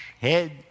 head